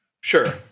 Sure